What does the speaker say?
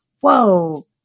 whoa